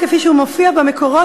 כפי שהוא מופיע במקורות,